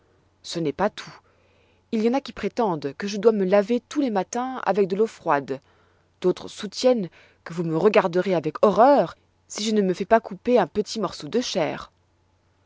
ce n'est pas tout il y en a qui prétendent que je dois me laver tous les matins avec de l'eau froide d'autres soutiennent que vous me regarderez avec horreur si je ne me fais pas couper un petit morceau de chair